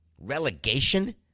Relegation